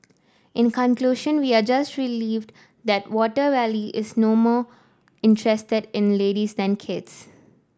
in conclusion we are just relieved that Water Wally is no more interested in ladies than kids